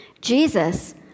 Jesus